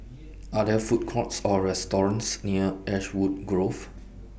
Are There Food Courts Or restaurants near Ashwood Grove